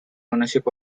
ownership